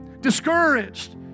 discouraged